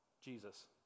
Jesus